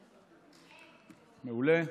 מעולה.